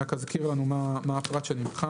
אני רק אזכיר לנו מה הפרט שנמחק.